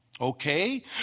Okay